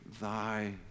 thy